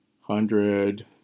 hundred